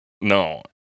No